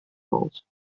halls